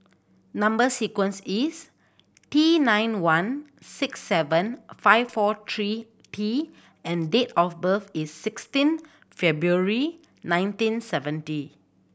number sequence is T nine one six seven five four three T and date of birth is sixteen February nineteen seventy